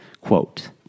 quote